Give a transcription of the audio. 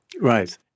Right